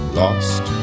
lost